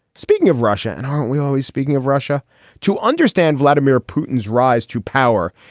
speaking of russia, and aren't we always speaking of russia to understand vladimir putin's rise to power?